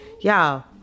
Y'all